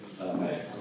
Amen